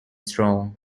strong